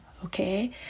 okay